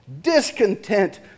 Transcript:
Discontent